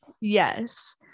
Yes